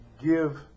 give